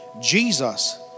Jesus